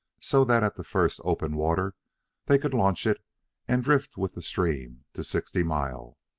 so that at the first open water they could launch it and drift with the stream to sixty mile.